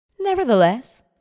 Nevertheless